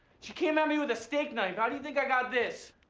she came at me with a steak knife, how do you think i go this?